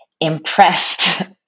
impressed